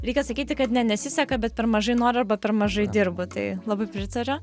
reikia sakyti kad ne nesiseka bet per mažai nori arba per mažai dirbu tai labai pritariu